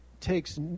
takes